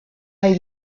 hay